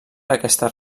aquesta